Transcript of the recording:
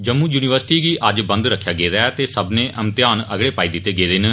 Jammu university गी अज्ज बंद रक्खेआ गेदा ऐ ते सब्गै म्तेहान अगड़े पाई दित्ते गेदे न